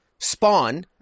Spawn